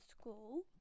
school